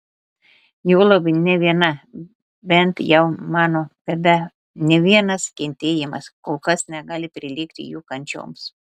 juolab nė viena bent jau mano bėda nė vienas kentėjimas kol kas negali prilygti jų kančioms